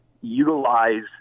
utilize